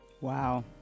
Wow